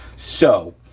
so,